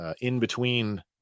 in-between